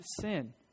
sin